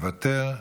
מוותר,